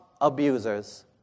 abusers